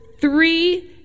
three